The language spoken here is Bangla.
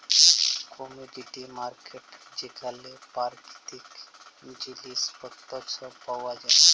কমডিটি মার্কেট যেখালে পাকিতিক জিলিস পত্তর ছব পাউয়া যায়